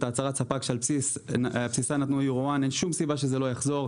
את הצהרת ספק שעל בסיסה נתנו ואין שום סיבה שזה לא יחזור.